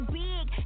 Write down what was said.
big